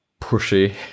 Pushy